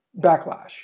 backlash